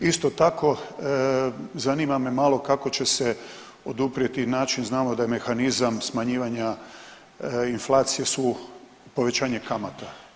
Isto tako, zanima me malo kako će se oduprijeti i način, znamo da je mehanizam smanjivanja inflacije su povećanje kamata.